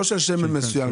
לא של שמן מסוים?